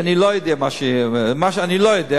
אני לא יודע